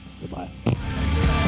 Goodbye